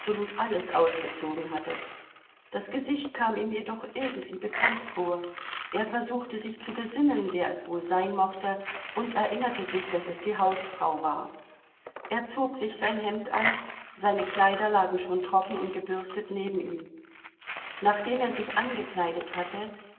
alles ausgezogen hatte das gesicht kam ihm jedoch irgendwie bekannt vor er versuchte sich zu besinnen wer es wohl sein mochte und erinnerte sich daß es die hausfrau war er zog sich sein hemd an seine kleider lagen schon trocken und gebürstet neben ihm nachdem er sich angekleidet hatte